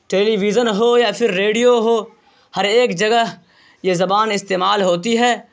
ٹیلی vision ہو یا پھر ریڈیو ہو ہر ایک جگہ یہ زبان استعمال ہوتی ہے